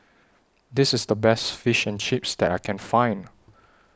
This IS The Best Fish and Chips that I Can Find